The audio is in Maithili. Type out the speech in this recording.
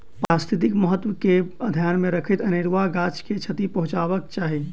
पारिस्थितिक महत्व के ध्यान मे रखैत अनेरुआ गाछ के क्षति पहुँचयबाक चाही